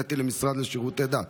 הפניתי את זה למשרד לשירותי דת,